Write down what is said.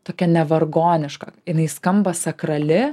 tokia nevargoniška jinai skamba sakrali